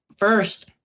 First